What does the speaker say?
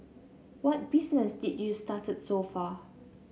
what business did u started so far